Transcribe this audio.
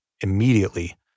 immediately